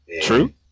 True